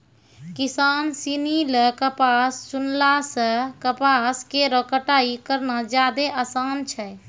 किसान सिनी ल कपास चुनला सें कपास केरो कटाई करना जादे आसान छै